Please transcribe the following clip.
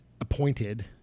appointed